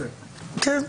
מכובדיי,